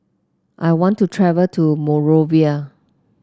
I want to travel to Monrovia